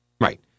right